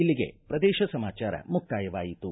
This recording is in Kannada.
ಇಲ್ಲಿಗೆ ಪ್ರದೇಶ ಸಮಾಚಾರ ಮುಕ್ತಾಯವಾಯಿತು